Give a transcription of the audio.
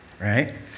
right